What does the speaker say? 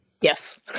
Yes